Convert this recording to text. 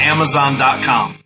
Amazon.com